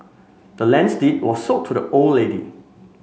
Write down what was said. the land's deed was sold to the old lady